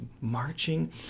marching